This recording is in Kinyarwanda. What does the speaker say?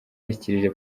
yashyikirije